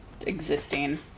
existing